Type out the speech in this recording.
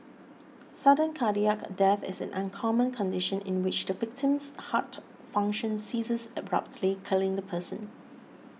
sudden cardiac death is an uncommon condition in which the victim's heart function ceases abruptly killing the person